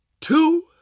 two